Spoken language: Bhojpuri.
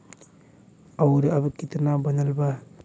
और अब कितना बनल बा?